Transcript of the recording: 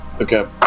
Okay